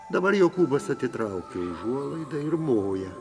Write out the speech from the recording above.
dabar jokūbas atitraukė užuolaidą ir moja